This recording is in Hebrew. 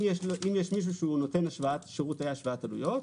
אם יש מישהו שנותן שירותי השוואת עלויות,